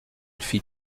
fit